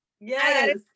yes